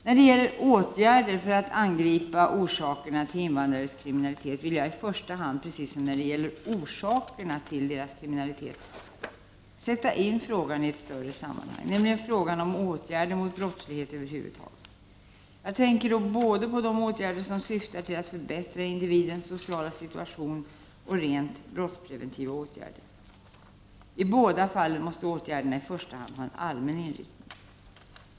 När det gäller åtgärder för att angripa orsakerna till invandrares kriminalitet vill jag i första hand, precis som när det gäller orsakerna till deras krimi nalitet, sätta in frågan i ett större sammanhang, nämligen frågan om åtgärder mot brottslighet över huvud taget. Jag tänker då både på åtgärder som syftar till att förbättra individens sociala situation och på rent brottspreventiva åtgärder. I båda fallen måste åtgärderna i första hand ha en allmän inriktning.